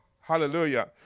Hallelujah